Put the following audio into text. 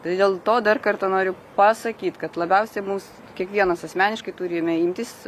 tai dėl to dar kartą noriu pasakyt kad labiausiai mums kiekvienas asmeniškai turime imtis